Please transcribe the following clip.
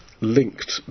linked